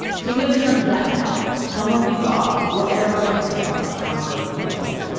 so i'm going to turn to that now. how murphy's law, wherever it comes from, conquered the world.